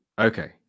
okay